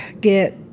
get